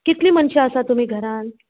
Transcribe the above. कितली मनशां आसा तुमी घरान